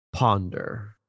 Ponder